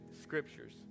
Scriptures